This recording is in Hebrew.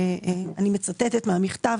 אני מצטטת מהמכתב,